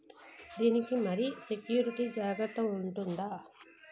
దీని కి మరి సెక్యూరిటీ జాగ్రత్తగా ఉంటుందా?